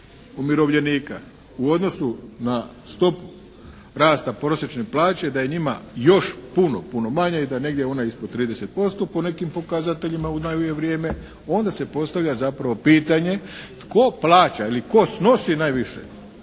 u odnosu na stopu rasta prosječne plaće, da je njima još puno, puno manje i da je negdje ona ispod 30% po nekih pokazateljima u novije vrijeme, onda se postavlja zapravo pitanje tko plaća ili tko snosi najviše